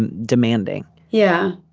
and demanding yeah.